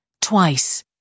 twice